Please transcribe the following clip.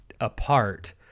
apart